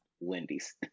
wendy's